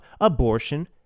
abortion